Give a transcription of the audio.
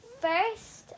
first